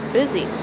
busy